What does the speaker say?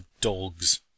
dogs